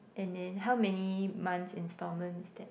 and then how many months installment is that